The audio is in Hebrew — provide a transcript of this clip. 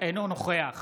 אינו נוכח